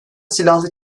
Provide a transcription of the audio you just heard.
silahlı